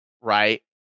right